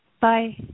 Bye